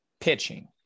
pitching